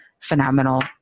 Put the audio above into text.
phenomenal